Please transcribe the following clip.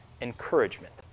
encouragement